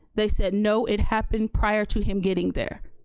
they said, no, it happened prior to him getting there.